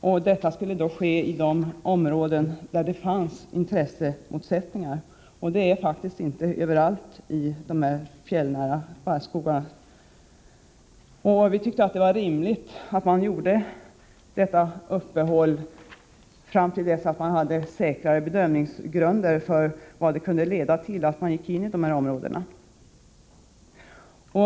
Ett sådan stopp skulle införas i de områden där det finns intressemotsättningar. Sådana föreligger faktiskt inte överallt i de fjällnära skogarna. Vi tyckte att det var rimligt att ett sådant uppehåll skulle vara fram till dess att säkrare bedömningsgrunder funnes för vad åtgärder i dessa områden kan leda till.